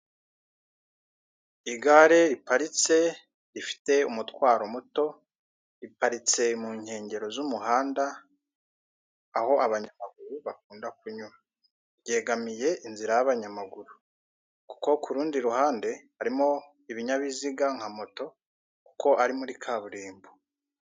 Igare riparitse rifite umutwaro muto riparitse mu nkengero z'umuhanda aho abanyamaguru bakunda kunyura ryegamiye inzira y'abanyamaguru kuko ku rundi ruhande harimo ibinyabiziga nka moto kuko ari muri kaburimbo.